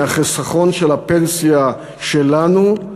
מהחיסכון של הפנסיה שלנו,